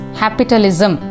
capitalism